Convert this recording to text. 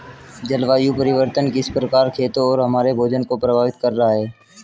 जलवायु परिवर्तन किस प्रकार खेतों और हमारे भोजन को प्रभावित कर रहा है?